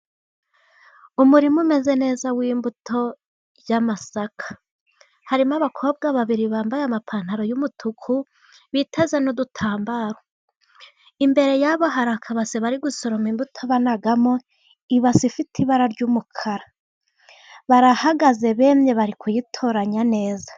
Umurima umeze neza w'imbuto y'amasaka, harimo abakobwa babiri bambaye amapantaro y'umutuku, biteza n'udutambaro. Imbere yabo hari akabase bari gusoroma imbuto banagamo, ibase ifite ibara ry'umukara, barahagaze bemye bari kuyitoranya neza